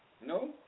No